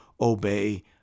obey